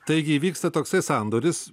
taigi įvyksta toksai sandoris